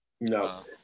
No